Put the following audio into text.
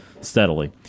steadily